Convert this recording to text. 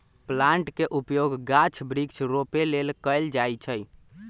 plant के उपयोग गाछ वृक्ष रोपे लेल कएल जाइ छइ